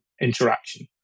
interaction